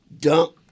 dump